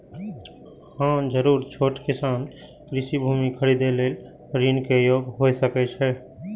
छोट किसान कृषि भूमि खरीदे लेल ऋण के योग्य हौला?